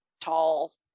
tall